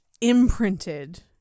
imprinted